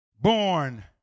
born